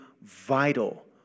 vital